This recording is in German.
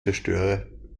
zerstöre